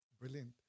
Brilliant